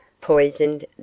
poisoned